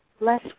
Less